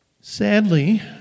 Sadly